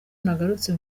nagarutse